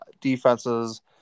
defenses